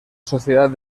sociedad